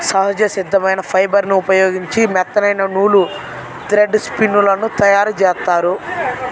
సహజ సిద్ధమైన ఫైబర్ని ఉపయోగించి మెత్తనైన నూలు, థ్రెడ్ స్పిన్ లను తయ్యారుజేత్తారు